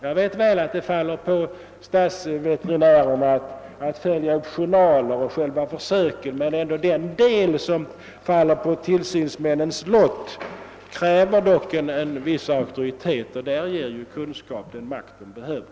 Jag vet väl att det faller på stadsveterinärerna att följa upp journalerna och själva djurförsöken, men den del som faller på tillsynsmännens lott kräver också auktoritet, och där ger kunskap den makt de behöver.